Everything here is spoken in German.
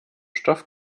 stoff